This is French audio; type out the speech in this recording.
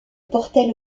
portait